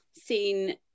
seen